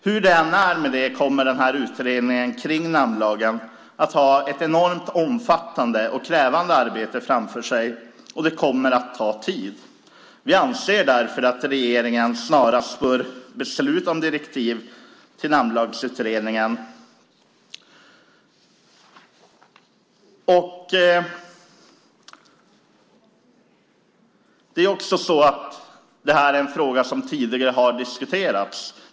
Hur det än är med det kommer utredningen kring namnlagen att ha ett enormt omfattande och krävande arbete framför sig, och det kommer att ta tid. Vi anser därför att regeringen snarast bör besluta om direktiv till namnlagsutredningen. Det här är en fråga som tidigare har diskuterats.